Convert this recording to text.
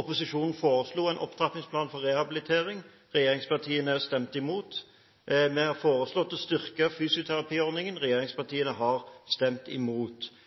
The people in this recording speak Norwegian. Opposisjonen foreslo en opptrappingsplan for rehabilitering, regjeringspartiene stemte imot. Vi har foreslått å styrke fysioterapiordningen, regjeringspartiene har stemt imot.